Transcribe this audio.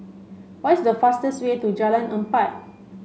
what is the fastest way to Jalan Empat